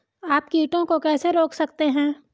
आप कीटों को कैसे रोक सकते हैं?